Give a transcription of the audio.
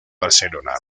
barcelona